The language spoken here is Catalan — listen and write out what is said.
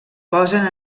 posen